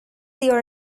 your